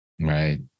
right